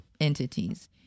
entities